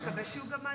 נקווה שיהיו גם מעשים.